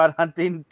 hunting